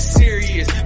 serious